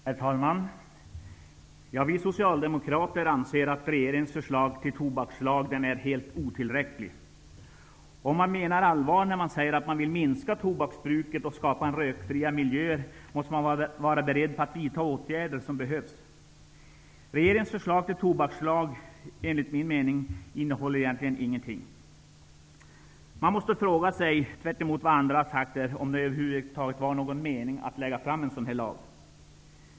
Herr talman! Vi socialdemokrater anser att regeringens förslag till tobakslag är helt otillräcklig. Om man menar allvar när man säger att man vill minska tobaksbruket och skapa rökfria miljöer måste man vara beredd på att vidta de åtgärder som behövs. Regeringens förslag till tobakslag innehåller enligt min mening egentligen ingenting. Tvärtemot vad de andra har sagt här måste man fråga sig om det över huvud taget var någon mening med att lägga fram ett förslag om en sådan lag.